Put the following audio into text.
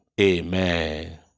amen